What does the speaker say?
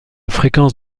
fréquence